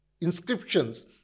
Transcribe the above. inscriptions